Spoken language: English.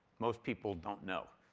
most people don't know.